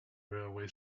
railway